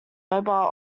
mobile